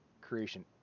creation